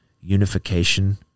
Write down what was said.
unification